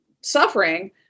suffering